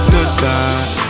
Goodbye